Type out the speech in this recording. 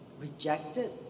rejected